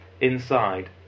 inside